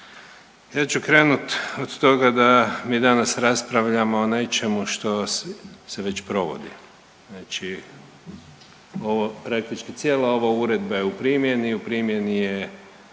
Ja ću krenuti od toga da mi danas raspravljamo o nečemu što se već provodi. Znači, ovo praktički cijela ova uredba je u primjeni, u primjeni je